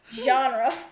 genre